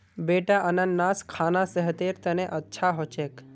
बेटा अनन्नास खाना सेहतेर तने अच्छा हो छेक